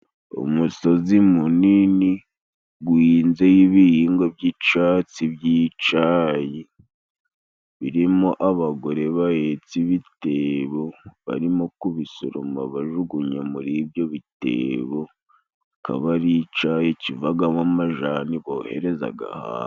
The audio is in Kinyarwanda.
Umusozi munini guhinzeho ibihingwa by'icatsi by'icayi birimo abagore bahetse ibitebo barimo kubisoroma bajugunya muri ibyo bitebo akaba ari icayi kivagamo amajani boherezaga hanze.